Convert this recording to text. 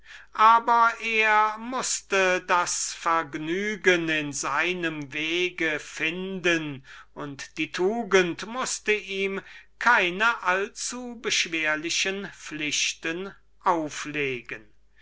aber er mußte das vergnügen in seinem wege finden und die tugend mußte ihm keine allzubeschwerliche pflichten auflegen